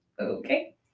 Okay